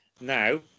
Now